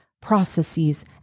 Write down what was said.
processes